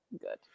good